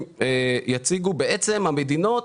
בעצם המדינות